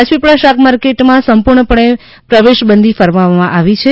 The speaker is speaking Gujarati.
રાજપીપળા શાકમાર્કેટમાં સંપૂર્ણ પણે પ્રવેશ બંધી ફરમાવવામાં આવી છે